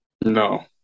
No